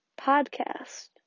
podcast